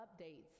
updates